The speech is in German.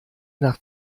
nach